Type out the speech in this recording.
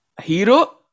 hero